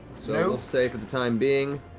so we'll say, for the time being,